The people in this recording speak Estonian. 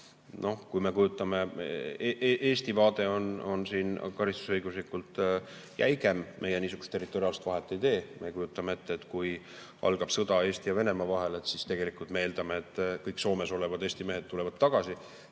mehi on naasnud. Eesti vaade on siin karistusõiguslikult jäigem, meie niisugust territoriaalset vahet ei tee. Me kujutame ette, et kui algab sõda Eesti ja Venemaa vahel, siis tegelikult me eeldame, et kõik Soomes olevad Eesti mehed tulevad tagasi.